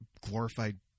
glorified